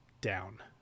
down